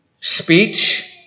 speech